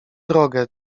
drogę